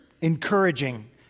encouraging